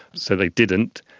so they didn't,